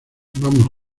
vamos